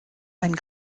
einen